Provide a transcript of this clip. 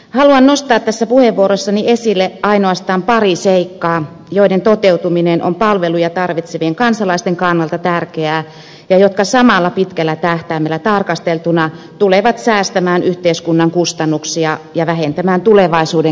haluan nostaa tässä puheenvuorossani esille ainoastaan pari seikkaa joiden toteutuminen on palveluja tarvitsevien kansalaisten kannalta tärkeää ja jotka samalla pitkällä tähtäimellä tarkasteltuna tulevat säästämään yhteiskunnan kustannuksia ja vähentämään tulevaisuuden kestävyysvajetta